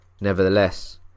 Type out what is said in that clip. Nevertheless